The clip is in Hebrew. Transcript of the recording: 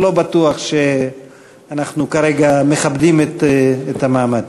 אני לא בטוח שאנחנו כרגע מכבדים את המעמד.